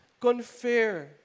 confer